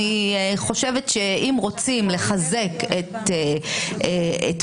אני חושבת שאם רוצים לחזק את מעמד